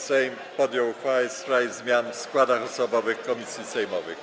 Sejm podjął uchwałę w sprawie zmian w składach osobowych komisji sejmowych.